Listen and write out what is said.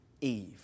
Eve